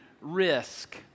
risk